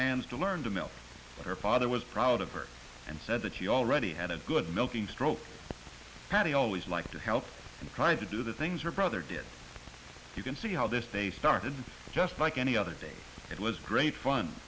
hands to learn to milk her father was proud of her and said that you already had a good milking stroke paddy always liked to help and tried to do the things her brother did you can see how this day started just like any other day it was great fun